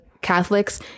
Catholics